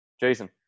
Jason